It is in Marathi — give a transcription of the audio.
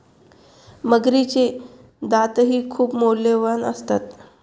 मगरीचे दातही खूप मौल्यवान असतात